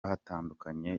hatandukanye